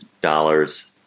dollars